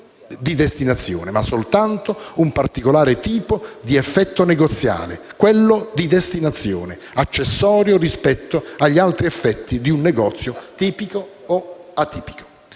di destinazione, ma soltanto «un particolare tipo di effetto negoziale, quello di destinazione, accessorio rispetto agli altri effetti di un negozio tipico o atipico».